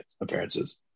appearances